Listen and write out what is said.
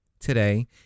today